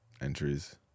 entries